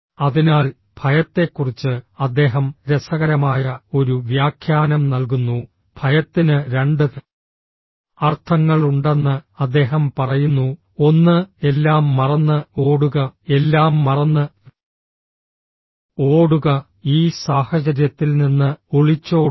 അതിനാൽ ഭയത്തെക്കുറിച്ച് അദ്ദേഹം രസകരമായ ഒരു വ്യാഖ്യാനം നൽകുന്നു ഭയത്തിന് രണ്ട് അർത്ഥങ്ങളുണ്ടെന്ന് അദ്ദേഹം പറയുന്നു ഒന്ന് എല്ലാം മറന്ന് ഓടുക എല്ലാം മറന്ന് ഓടുക ഈ സാഹചര്യത്തിൽ നിന്ന് ഒളിച്ചോടുക